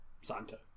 Santa